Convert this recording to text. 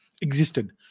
existed